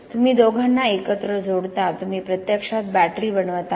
तुम्ही दोघांना एकत्र जोडता तुम्ही प्रत्यक्षात बॅटरी बनवत आहात